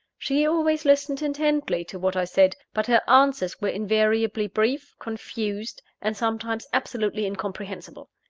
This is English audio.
she always listened intently to what i said but her answers were invariably brief, confused, and sometimes absolutely incomprehensible.